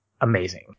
amazing